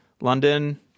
London